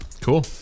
Cool